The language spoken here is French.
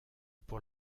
pour